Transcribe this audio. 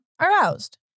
aroused